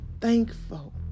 thankful